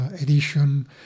edition